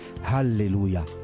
hallelujah